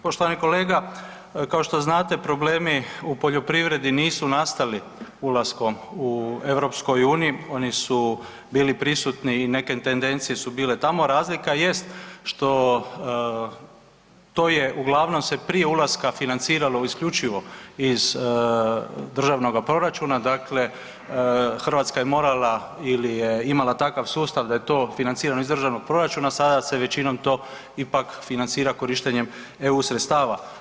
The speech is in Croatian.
Poštovani kolega, kao što znate, problemi u poljoprivredi nisu nastali ulaskom u EU, oni su bili prisutni i neke tendencije su bile tamo a razlika jest što to je uglavnom se prije ulaska financiralo isključivo iz državnog proračuna, dakle Hrvatska je morala ili je imala takav sustava da je to financirano iz državnog proračuna a sada se većinom to ipak financira korištenjem Eu sredstava.